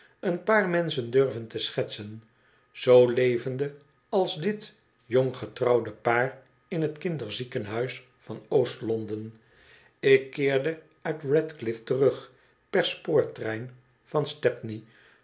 een paar menschen durven te schetsen z levende als dit jonggetrouwde paar in het kinderziekenhuis van oost londen ik keerde uit ratcliff terug per spoortrein van stepney